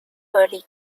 early